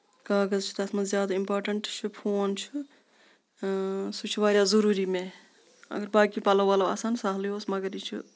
کاغز چھِ تَتھ منٛز زیادٕ امپارٹنٹ فون چھُ سُہ چھُ واریاہ ضروٗری مےٚ اَگر باقٕے پَلو وَلو آسن سَہلٕے اوس مَگر یہِ